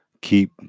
keep